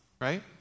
Right